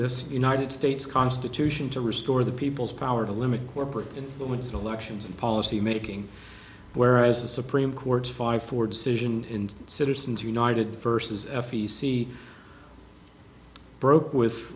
this united states constitution to restore the people's power to limit corporate influence elections and policy making whereas the supreme court's five four decision in citizens united the first is f e c broke with